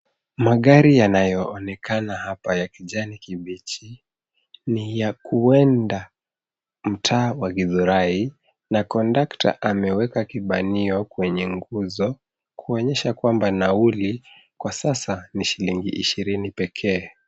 Magari yanayoonekana hapa ya kijani kibichi ni ya kuenda mtaa wa Githurai na kondakta ameweka kibanio kwenye nguzo kuonyesha kwamba nauli kwa sasa ni shilingi ishirini pekee.